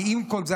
ועם כל זה,